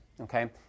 okay